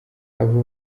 abo